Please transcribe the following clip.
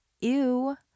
Ew